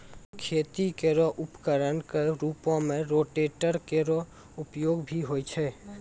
खेती केरो उपकरण क रूपों में रोटेटर केरो उपयोग भी होय छै